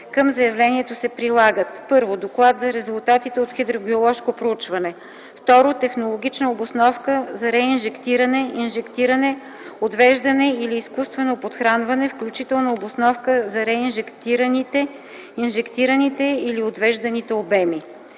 към заявлението се прилагат: 1. доклад за резултатите от хидрогеоложко проучване; 2. технологична обосновка за реинжектиране, инжектиране, отвеждане или изкуствено подхранване, включително обосновка за реинжектираните, инжектираните или отвежданите обеми.